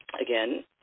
again